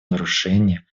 нарушения